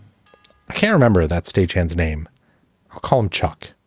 can remember that stagehands name calling chuck